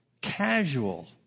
casual